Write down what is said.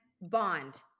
bond